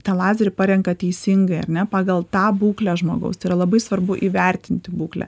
tą lazerį parenka teisingai ar ne pagal tą būklę žmogaus tai yra labai svarbu įvertinti būklę